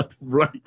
Right